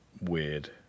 weird